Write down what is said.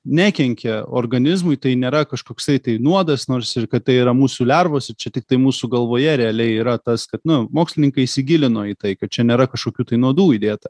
nekenkia organizmui tai nėra kažkoksai tai nuodas nors ir kad tai yra musių lervos čia tiktai mūsų galvoje realiai yra tas kad nu mokslininkai įsigilino į tai kad čia nėra kažkokių tai nuodų įdėta